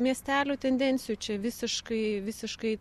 miestelių tendencijų čia visiškai visiškai